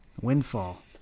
Windfall